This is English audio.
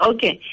Okay